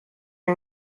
are